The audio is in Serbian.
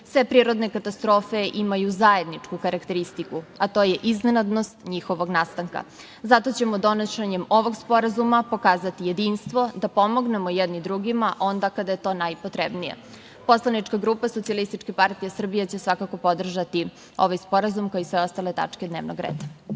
prirodne katastrofe imaju zajedničku karakteristiku, a to je iznenadnost njihovog nastanka. Zato ćemo donošenjem ovog sporazuma pokazati jedinstvo da pomognemo jedni drugima onda kada je to najpotrebnije. Poslanička grupa Socijalističke partije Srbije će svakako podržati ovaj sporazum, kao i sve ostale tačke dnevnog reda.